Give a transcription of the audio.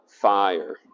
fire